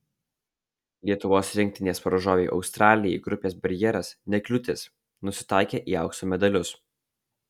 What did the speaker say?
lietuvos rinktinės varžovei australijai grupės barjeras ne kliūtis nusitaikė į aukso medalius